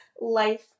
life